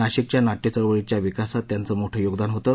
नाशिकच्या नाट्य चळवळीच्या विकासात त्यांचं मोठं योगदान होतं